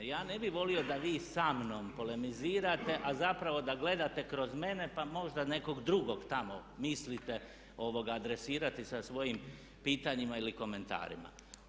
Ja ne bih volio da vi sa mnom polemizirate, a zapravo da gledate kroz mene pa možda nekog drugog tamo mislite adresirati sa svojim pitanjima ili komentarima.